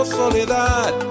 soledad